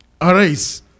Arise